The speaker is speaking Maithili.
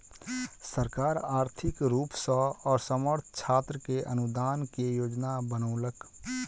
सरकार आर्थिक रूप सॅ असमर्थ छात्र के अनुदान के योजना बनौलक